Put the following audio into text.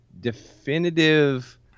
definitive